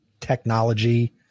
technology